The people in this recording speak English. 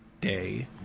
day